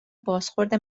بازخورد